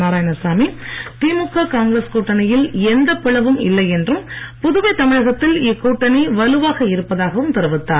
நாராயணசாமி திமுக காங்கிரஸ் கூட்டணியில் எந்தப் பிளவும் இல்லை என்றும் புதுவை தமிழகத்தில் இக்கூட்டணி வலுவாக இருப்பதாகவும் தெரிவித்தார்